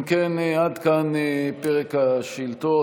אם כן, עד כאן פרק השאילתות.